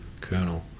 colonel